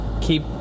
keep